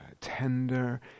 tender